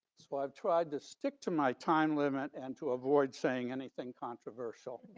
so, i've tried to stick to my time limit and to avoid saying anything controversial.